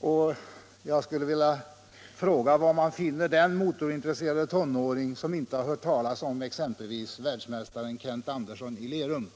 och jag undrar var den motorintresserade tonåring finns som inte har hört talas om exempelvis världsmästaren Kent Andersson i Lerum.